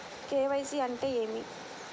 KYC అంటే ఏమి?